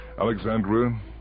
Alexandra